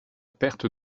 perte